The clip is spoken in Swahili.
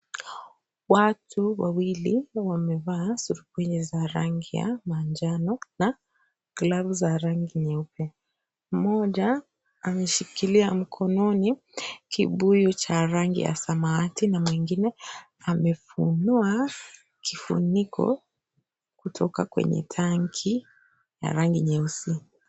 Watu wawili wamevaa surupwenye za rangi ya manjano na glavu za rangi nyeupe , mmoja ameshikilia mkononi kibuyu cha rangi ya samawati na mwingine amefunua kifuniko kutoka kwenye tanki ya rangi nyeusi .